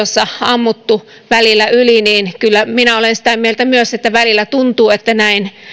onko tietosuojassa ammuttu välillä yli kyllä myös minä olen sitä mieltä että välillä tuntuu että näin